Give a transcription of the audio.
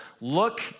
Look